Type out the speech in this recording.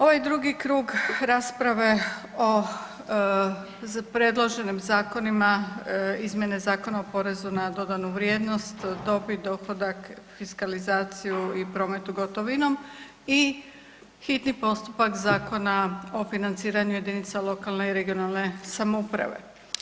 Ovaj drugi krug rasprave o predloženim zakonima izmjene zakona o porezu na dodanu vrijednost, dobit, dohodak, fiskalizaciju i prometu gotovinom i hitni postupak Zakona o financiranju jedinica lokalne i regionalne samouprave.